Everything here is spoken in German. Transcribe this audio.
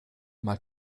mal